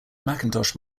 macintosh